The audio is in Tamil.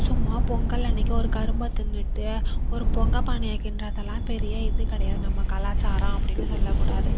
சும்மா பொங்கல் அன்னைக்கி ஒரு கரும்பை தின்னுட்டு ஒரு பொங்கல் பானையை கிண்டுறதெல்லாம் பெரிய இது கிடையாது நம்ம கலாச்சாரம் அப்படின்னு சொல்லக் கூடாது